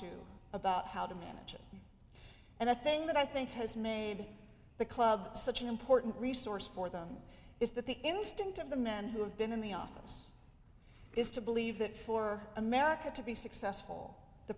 to about how to manage it and the thing that i think has made the club such an important resource for them is that the instinct of the men who have been in the office is to believe that for america to be successful the